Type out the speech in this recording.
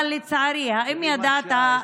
אבל לצערי, האם ידעת,